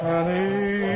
Honey